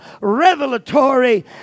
revelatory